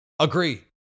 Agree